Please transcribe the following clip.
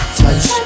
touch